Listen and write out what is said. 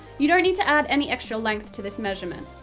you don't need to add any extra length to this measurement.